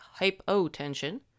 hypotension